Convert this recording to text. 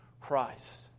Christ